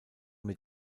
mit